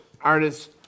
artists